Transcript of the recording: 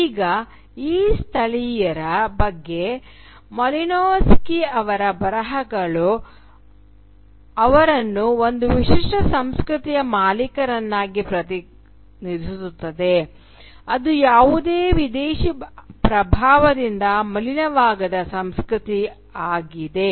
ಈಗ ಈ ಸ್ಥಳೀಯರ ಬಗ್ಗೆ ಮಾಲಿನೋವ್ಸ್ಕಿಯವರ ಬರಹಗಳು ಅವರನ್ನು ಒಂದು ವಿಶಿಷ್ಟ ಸಂಸ್ಕೃತಿಯ ಮಾಲೀಕರನಾಗಿ ಪ್ರತಿನಿಧಿಸುತ್ತವೆ ಅದು ಯಾವುದೇ ವಿದೇಶಿ ಪ್ರಭಾವದಿಂದ ಮಲಿನವಾಗದ ಸಂಸ್ಕೃತಿ ಆಗಿದೆ